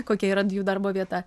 kokia yra jų darbo vieta